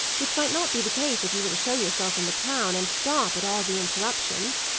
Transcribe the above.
which might not be the case if you were to show yourself in the town, and stop at all the interruptions.